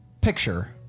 picture